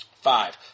Five